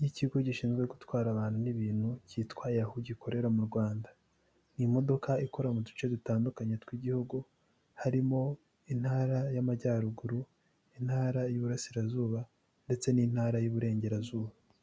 y'ikigo gishinzwe gutwara abantu n'ibintu cyitwa Yahu gikorera mu Rwanda, ni imodoka ikora mu duce dutandukanye tw'igihugu harimo intara y'amajyaruguru, intara y'ububurasirazuba ndetse n'intara y'iuburengerazuba.